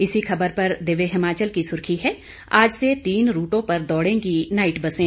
इसी ख़बर पर दिव्य हिमाचल की सुर्खी है आज से तीन रूटों पर दौड़ेगी नाईट बसें